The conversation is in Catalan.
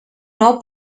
nou